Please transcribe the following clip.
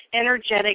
energetic